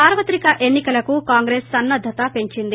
సార్వత్రిక ఎన్ని కలకు కాంగ్రెస్ సన్న ద్గత పెంచింది